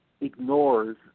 ignores